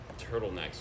turtlenecks